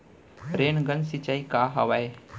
Rain gun सिंचाई का हवय?